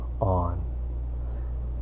on